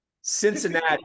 Cincinnati